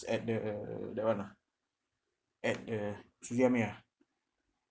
at the that one ah at the suzyameer ah